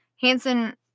Hanson